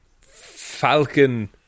falcon